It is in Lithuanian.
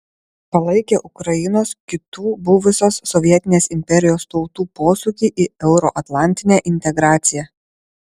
palaikė ukrainos kitų buvusios sovietinės imperijos tautų posūkį į euroatlantinę integraciją